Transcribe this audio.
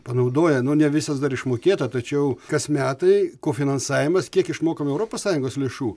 panaudoję nu ne visos dar išmokėta tačiau kas metai kofinansavimas kiek išmokam europos sąjungos lėšų